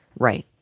right?